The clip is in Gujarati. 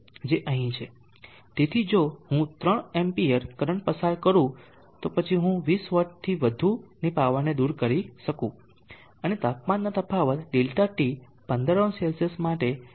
તેથી જો હું 3 એમ્પી કરંટ પસાર કરું છું તો પછી હું 20 વોટથી વધુની પાવરને દૂર કરી શકું છું અને તાપમાનના તફાવત Δt 150C માટે તેને હીટ સિંક પર દબાણ કરીશ